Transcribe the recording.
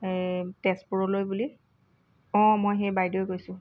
তেজপুৰলৈ বুলি অঁ মই সেই বাইদেউৱে কৈছোঁ